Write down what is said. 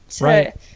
Right